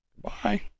Bye